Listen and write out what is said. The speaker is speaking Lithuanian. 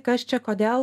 kas čia kodėl